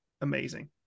amazing